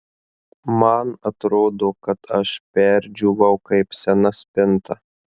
man atrodo kad aš perdžiūvau kaip sena spinta